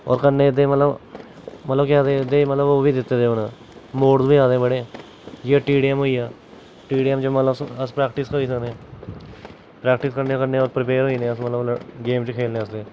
होर कन्नै एह्दे मतलब मतलब कि एह्दे ओह् बी दित्ते दे होन मोड़स बी आए बड़े जियां टी टी ऐम होई गेआ टी टी ऐम जो मतलब अस प्रैक्टिस करी सकने प्रैक्टिस कन्नै कन्नै अस प्रपेयर होई जन्ने अस मतलब गेम च खेलने आस्तै